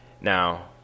Now